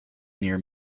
near